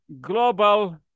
Global